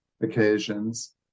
occasions